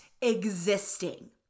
existing